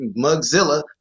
Mugzilla